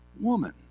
woman